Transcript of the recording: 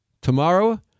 Tomorrow